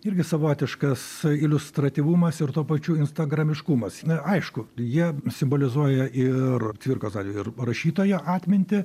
irgi savotiškas iliustratyvumas ir tuo pačiu instagramiškumas na aišku jie simbolizuoja ir cvirkos ir rašytojo atmintį